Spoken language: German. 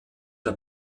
der